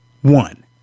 one